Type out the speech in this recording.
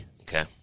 Okay